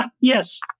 Yes